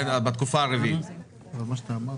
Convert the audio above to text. נכון.